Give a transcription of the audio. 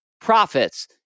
profits